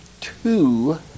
two